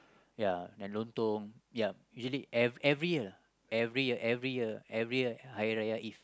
ya then Lontong ya usually every year every year every year Hari-Raya eve